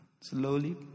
slowly